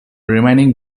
remaining